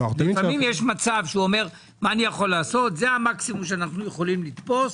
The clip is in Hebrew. לפעמים יש מצב שאומר: זה המקסימום שאנו יכולים לתפוס.